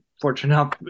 fortunate